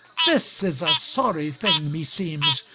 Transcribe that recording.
this is a sorry thing meseems,